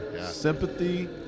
Sympathy